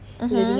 mmhmm